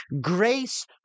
Grace